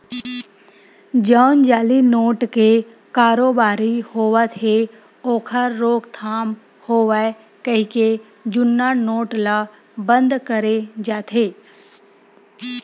जउन जाली नोट के कारोबारी होवत हे ओखर रोकथाम होवय कहिके जुन्ना नोट ल बंद करे जाथे